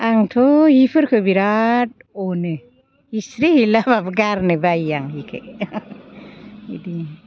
आंथ' हिफोरखौ बिरात अनो हिस्रि हिलाबाबो गारनो बायो आं हिखौ बिदि